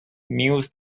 news